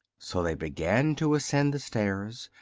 so they began to ascend the stairs,